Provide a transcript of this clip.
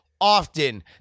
often